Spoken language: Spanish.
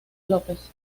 lopez